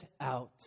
out